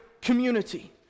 community